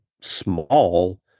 small